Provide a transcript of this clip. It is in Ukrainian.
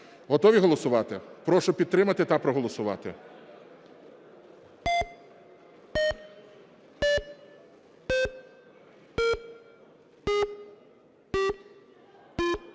Готові голосувати? Прошу підтримати та проголосувати.